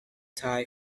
thai